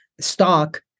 stock